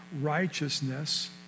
righteousness